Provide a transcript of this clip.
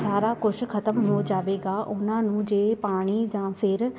ਸਾਰਾ ਕੁਛ ਖਤਮ ਹੋ ਜਾਵੇਗਾ ਉਹਨਾਂ ਨੂੰ ਜੇ ਪਾਣੀ ਜਾਂ ਫਿਰ